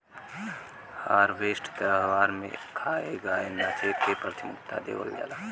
harvest त्यौहार में खाए, गाए नाचे के प्राथमिकता देवल जाला